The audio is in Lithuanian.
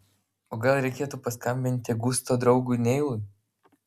o gal reikėtų paskambinti gusto draugui neilui